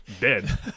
Dead